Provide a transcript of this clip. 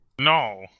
No